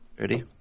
Ready